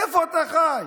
איפה אתה חי?